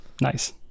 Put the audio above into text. Nice